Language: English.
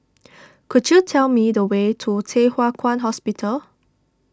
could you tell me the way to Thye Hua Kwan Hospital